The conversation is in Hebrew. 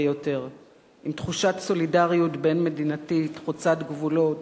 יותר עם תחושת סולידריות בין-מדינתית חוצת גבולות,